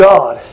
God